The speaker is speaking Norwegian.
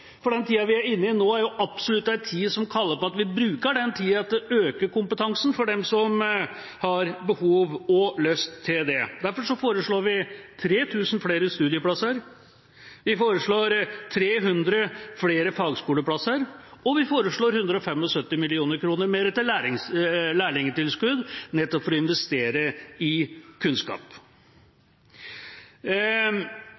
for den tida vi er inne i nå, er absolutt en tid som kaller på at vi bruker den til å øke kompetansen for dem som har behov og lyst til det. Derfor foreslår vi 3 000 flere studieplasser, vi foreslår 300 flere fagskoleplasser, og vi foreslår 175 mill. kr mer til lærlingtilskudd, nettopp for å investere i